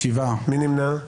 מי נמנע?